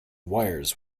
wires